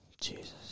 Jesus